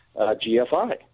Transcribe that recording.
GFI